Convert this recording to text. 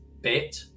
bit